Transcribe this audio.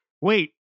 wait